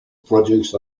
product